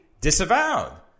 disavowed